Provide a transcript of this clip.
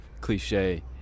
cliche